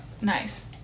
nice